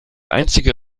einzige